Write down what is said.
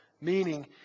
meaning